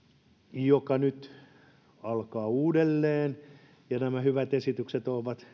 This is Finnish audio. joka nyt alkaa uudelleen ja jonka hallitusohjelmassakin nämä hyvät esitykset ovat